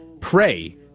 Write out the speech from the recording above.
pray